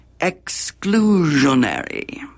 exclusionary